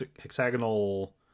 hexagonal